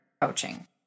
coaching